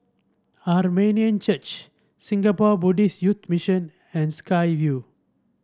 Armenian Church Singapore Buddhist Youth Mission and Sky Vue